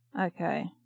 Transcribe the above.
Okay